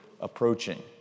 approaching